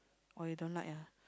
oh you don't like !huh!